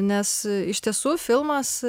nes iš tiesų filmas